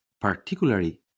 particularly